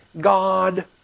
God